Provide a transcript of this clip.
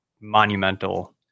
monumental